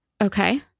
Okay